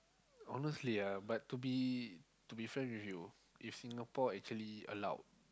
honestly ah but to be to be frank with you if Singapore actually allowed